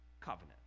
covenant